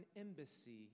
embassy